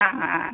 ആ ആ ആ